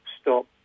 stop